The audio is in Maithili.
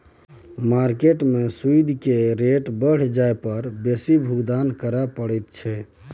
मार्केट में सूइद केर रेट बढ़ि जाइ पर बेसी भुगतान करइ पड़इ छै